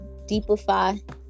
deepify